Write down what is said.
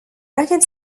record